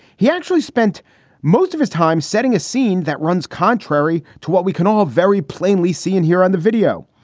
he actually spent most of his time setting a scene that runs contrary to what we can all very plainly see in here on the video.